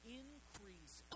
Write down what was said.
increase